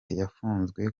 yafunzwe